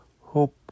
hope